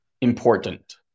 important